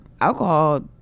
alcohol